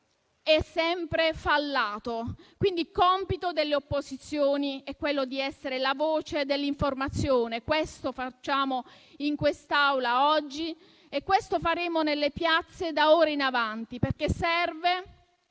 è sempre fallato. Il compito delle opposizioni è quindi quello di essere la voce dell'informazione. Questo facciamo in quest'Aula oggi e questo faremo nelle piazze da ora in avanti, perché serve